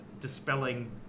dispelling